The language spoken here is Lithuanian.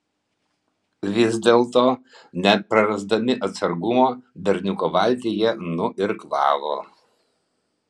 vis dėlto neprarasdami atsargumo berniuko valtį jie nuirklavo